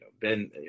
Ben